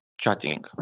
chatting